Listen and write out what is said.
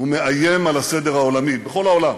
ומאיים על הסדר העולמי, בכל העולם.